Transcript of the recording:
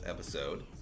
episode